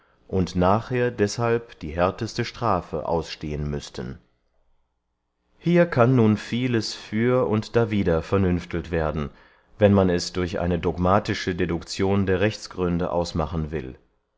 und nachher deshalb die härteste strafe ausstehen müßten hier kann nun vieles für und dawider vernünftelt werden wenn man es durch eine dogmatische deduction der rechtsgründe ausmachen will